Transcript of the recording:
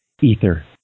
ether